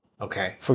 Okay